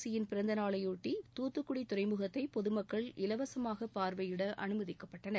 C யின் பிறந்தநாளையொட்டி வ வ தூத்துக்குடிதுறைமுகத்தைபொதுமக்கள் இலவசமாகபார்வையிடஅனுமதிக்கப்பட்டனர்